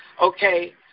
okay